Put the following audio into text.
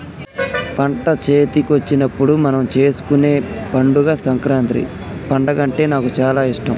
పంట చేతికొచ్చినప్పుడు మనం చేసుకునే పండుగ సంకురాత్రి పండుగ అంటే నాకు చాల ఇష్టం